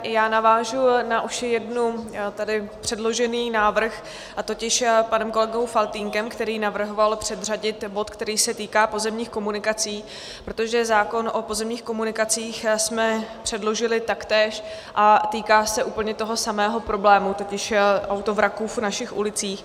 Já navážu na už jednou tady předložený návrh, a to panem kolegou Faltýnkem, který navrhoval předřadit bod, který se týká pozemních komunikací, protože zákon o pozemních komunikacích jsme předložili taktéž a týká se úplně toho samého problému, totiž autovraků v našich ulicích.